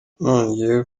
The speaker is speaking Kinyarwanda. yanongeyeho